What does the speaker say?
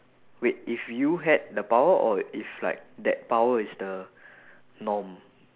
wait if you had the power or if like that power is the norm